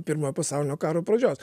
pirmojo pasaulinio karo pradžios